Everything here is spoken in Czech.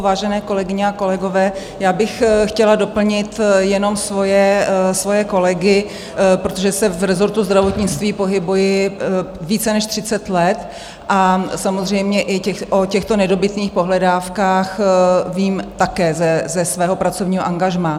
Vážené kolegyně a kolegové, já bych chtěla doplnit jenom svoje kolegy, protože se v rezortu zdravotnictví pohybuji více než třicet let a samozřejmě i o těchto nedobytných pohledávkách vím také ze svého pracovního angažmá.